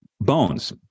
bones